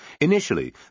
Initially